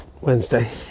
Wednesday